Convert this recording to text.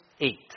eight